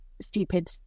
stupid